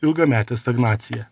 ilgametė stagnacija